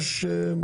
שלהם.